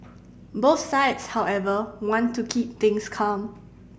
both sides however want to keep things calm